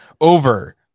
over